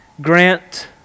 Grant